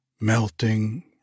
melting